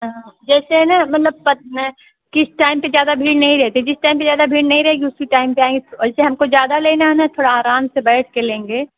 हाँ जैसे हैं ना मतलब किस टाइम पर ज़्यादा भीड़ नहीं रहती जिस टाइम पर ज़्यादा भीड़ नहीं रहेगी उसी टाइम पर आएँगे वैसे हमको ज़्यादा लेना हैं ना थोड़ा आराम से बैठ के लेंगे